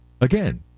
Again